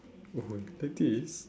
that is